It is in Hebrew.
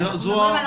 אנחנו מדברים על